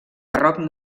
barroc